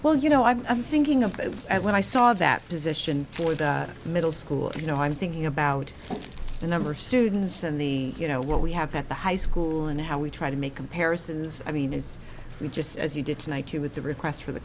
well you know i'm thinking of when i saw that position for the middle school you know i'm thinking about the number of students and the you know what we have at the high school and how we try to make comparisons i mean is it just as you did tonight with the request for the